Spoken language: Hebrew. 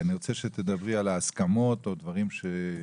אני רוצה שתדברי על ההסכמות ועל דברים שיש